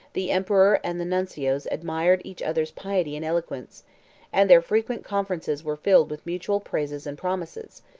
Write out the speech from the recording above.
the emperor and the nuncios admired each other's piety and eloquence and their frequent conferences were filled with mutual praises and promises,